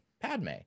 Padme